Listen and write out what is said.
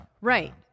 right